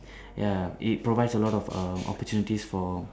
ya it provides a lot of err opportunities for